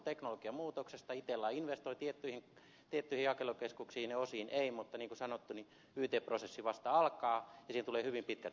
itella investoi tiettyihin jakelukeskuksiin ja osiin ei mutta niin kuin sanottu niin yt prosessi vasta alkaa ja siihen tulee hyvin pitkät siirtymäajat